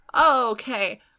okay